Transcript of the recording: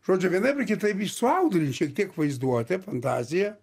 žodžiu vienaip ar kitaip gi suaudrini šiek tiek vaizduotę fantaziją